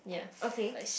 okay